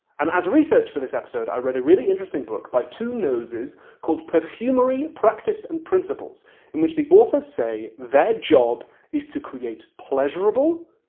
and as research for this episode i read a really interesting book by two noses called perfumery practice and principles in which the authors say their job is to create pleasurable,